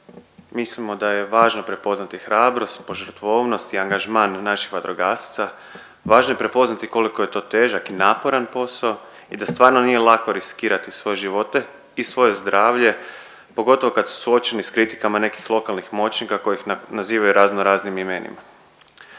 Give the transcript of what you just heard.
Mislimo da je važno prepoznati hrabrost, požrtvovnost i angažman naših vatrogasaca. Važno je prepoznati koliko je to težak i naporan posao i da stvarno nije lako riskirati svoje živote i svoje zdravlje pogotovo kad su suočeni s kritikama nekih lokalnih moćnika koji ih nazivaju razno raznim imenima.